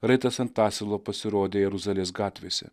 raitas ant asilo pasirodė jeruzalės gatvėse